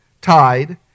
tied